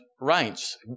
rights